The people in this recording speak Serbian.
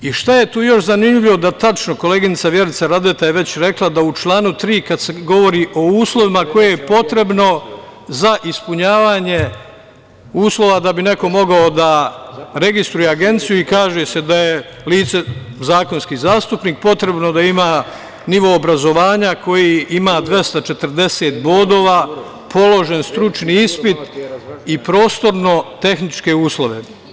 Šta je tu još zanimljivo da tačno, koleginica Vjerica Radeta je već rekla, da u članu 3. kad se govori o uslovima koje je potrebno za ispunjavanje uslova da bi neko mogao da registruje agenciju i kaže se - da je lice, zakonski zastupnik, potrebno da ima nivo obrazovanja koji ima 240 bodova, položen stručni ispit i prostorno-tehničke uslove.